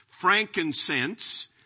frankincense